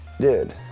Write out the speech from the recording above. Dude